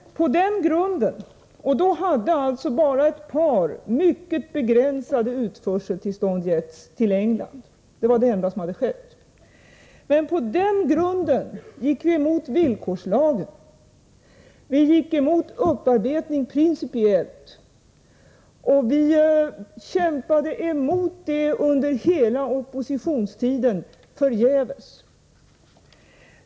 Då hade bara ett par mycket begränsade utförseltillstånd till England getts. Det var det enda som hade skett. På den grunden gick vi emot villkorslagen. Vi gick emot upparbetning principiellt, och vi kämpade förgäves emot under hela oppositionstiden.